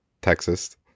texas